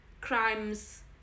crimes